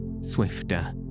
swifter